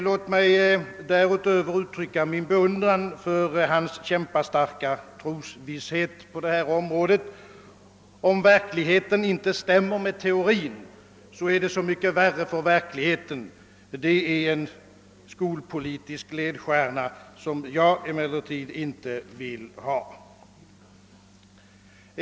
Låt mig därutöver uttrycka min beundran för herr Arvidsons kämpastarka trosvisshet på detta område. Om verkligheten inte stämmer med teorin, är det så mycket värre för verkligheten — det tycks vara hans skolpolitiska ledstjärna, som jag emellertid inte vill göra till min.